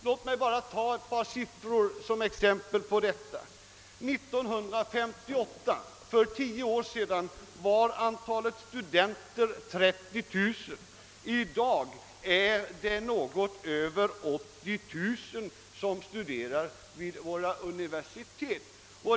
Låt mig bara nämna ett par siffror som exempel på detta. 1958, alltså för tio år sedan, var antalet studenter 30 000. I dag är det något över 80 000 som studerar vid våra universitet.